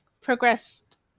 progressed